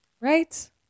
right